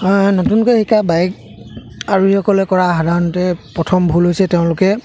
নতুনকৈ শিকা বাইক আৰোহীসকলে কৰা সাধাৰণতে প্ৰথম ভুল হৈছে তেওঁলোকে